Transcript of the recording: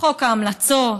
חוק ההמלצות,